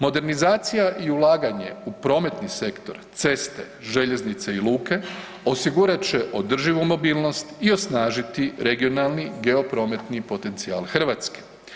Modernizacija i ulaganje u prometni sektor, ceste, željeznice i luke osigurat će održivu mobilnost i osnažiti regionalni i geoprometni potencijal Hrvatske.